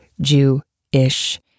Jew-ish